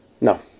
No